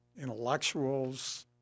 intellectuals